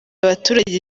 abaturage